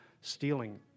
stealing